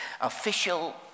official